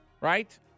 right